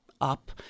up